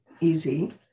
easy